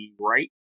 right